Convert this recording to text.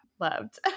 loved